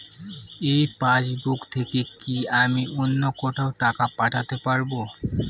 এই পাসবুক থেকে কি আমি অন্য কোথাও টাকা পাঠাতে পারব?